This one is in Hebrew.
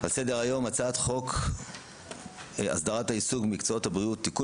על סדר היום: 1. הצעת החוק הסדרת העיסוק במקצועות הבריאות (תיקון